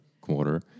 quarter